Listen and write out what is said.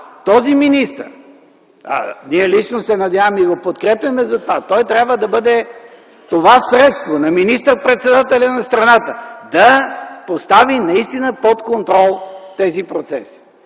този министър – ние лично се надяваме и затова го подкрепяме, той трябва да бъде средство на министър-председателя на страната да постави наистина под контрол тези процеси.